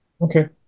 okay